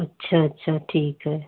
अच्छा अच्छा ठीक है